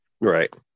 right